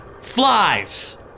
flies